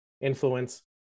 influence